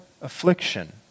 affliction